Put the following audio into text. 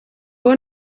uwo